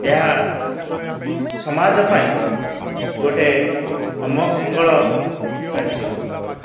ଏହା ସମାଜ ପାଇଁ ଗୋଟିଏ ଅମଙ୍ଗଳ କାର୍ଯ୍ୟ